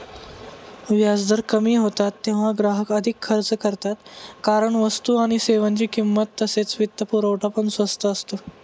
व्याजदर कमी होतात तेव्हा ग्राहक अधिक खर्च करतात कारण वस्तू आणि सेवांची किंमत तसेच वित्तपुरवठा पण स्वस्त असतो